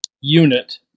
unit